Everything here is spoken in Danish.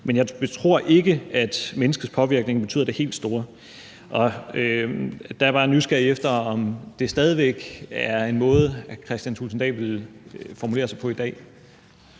Men jeg tror bare ikke, at menneskets påvirkning betyder det helt store. « Der er jeg bare nysgerrig efter at høre, om det stadig væk er en måde, hr. Kristian Thulesen Dahl ville formulere sig på i dag.